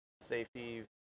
safety